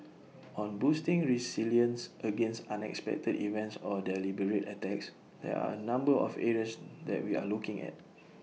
on boosting resilience against unexpected events or deliberate attacks there are A number of areas that we are looking at